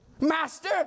Master